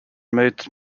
made